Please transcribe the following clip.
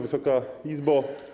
Wysoka Izbo!